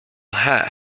hat